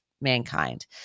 mankind